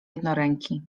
jednoręki